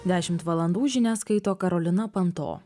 dešimt valandų žinias skaito karolina panto